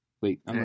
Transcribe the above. Wait